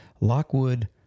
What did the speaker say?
Lockwood